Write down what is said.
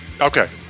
Okay